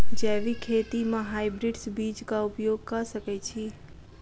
जैविक खेती म हायब्रिडस बीज कऽ उपयोग कऽ सकैय छी?